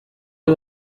ari